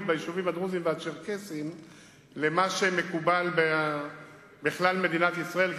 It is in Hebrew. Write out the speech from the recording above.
ביישובים הדרוזיים והצ'רקסיים למה שמקובל בכלל מדינת ישראל,